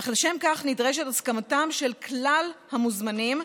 אך לשם כך נדרשת הסכמתם של כלל המוזמנים,